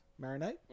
marinate